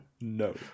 No